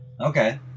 Okay